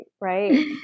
right